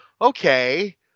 okay